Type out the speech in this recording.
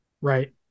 right